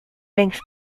banks